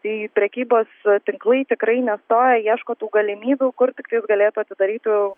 tai prekybos tinklai tikrai nestoja ieško tų galimybių kur tiktais galėtų atidarytų